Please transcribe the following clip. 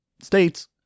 states